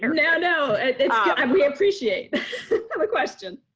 no, no no ah um we appreciate question.